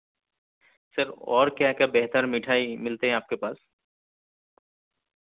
سر اور کیا کیا بہتر مٹھائی ملتے ہیں آپ کے پاس